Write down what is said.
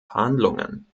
verhandlungen